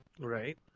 Right